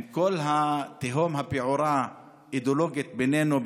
כל התהום האידיאולוגית הפעורה בינינו,